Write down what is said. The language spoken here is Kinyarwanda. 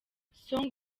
song